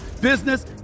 business